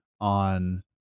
on